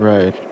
Right